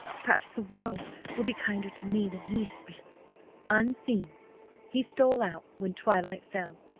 perhaps the world will be kinder to me than he has been unseen he stole out when twilight fell,